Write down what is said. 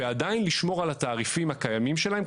ועדיין לשמור על התעריפים הקיימים שלהם.